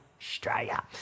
Australia